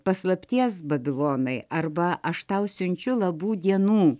paslapties babilonai arba aš tau siunčiu labų dienų